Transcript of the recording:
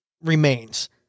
remains